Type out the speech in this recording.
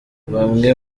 bamwe